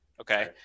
Okay